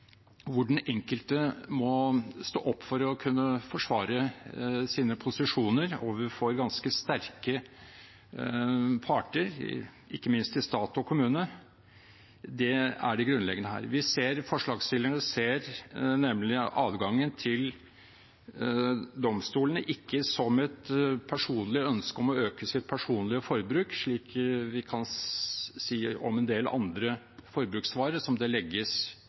enkelte må stå opp og forsvare sine posisjoner overfor ganske sterke parter, ikke minst i stat og kommune. Det er det grunnleggende her. Forslagsstillerne ser nemlig adgangen til domstolene ikke som et personlig ønske om å øke sitt personlige forbruk, slik vi kan si om en del forbruksvarer som det naturlig nok legges